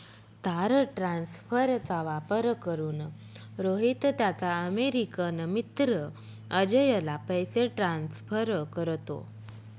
तार ट्रान्सफरचा वापर करून, रोहित त्याचा अमेरिकन मित्र अजयला पैसे ट्रान्सफर करतो